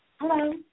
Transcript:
Hello